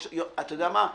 אתה יודע מה,